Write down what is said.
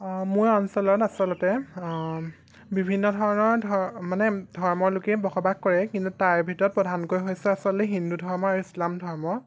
অঁ মোৰ অঞ্চলত আচলতে বিভিন্ন ধৰণৰ ধৰ্ম মানে ধৰ্মৰ লোকেই বসবাস কৰে কিন্তু তাৰ ভিতৰত প্ৰধানকৈ হৈছে আচলতে হিন্দু ধৰ্ম আৰু ইছলাম ধৰ্ম